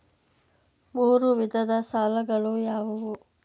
ಮೂರು ವಿಧದ ಸಾಲಗಳು ಯಾವುವು?